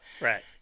Right